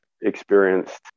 experienced